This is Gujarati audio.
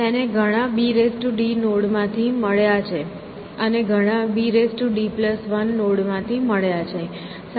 તેને ઘણા bd નોડ માંથી મળ્યા છે અને ઘણા bd 1 નોડ માંથી મળ્યા છે